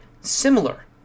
similar